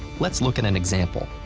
let's look at an example.